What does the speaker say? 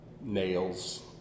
nails